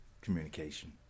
communication